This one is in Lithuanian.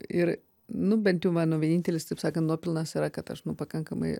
ir nu bent jau mano vienintelis taip sakant nuopelnas yra kad aš nu pakankamai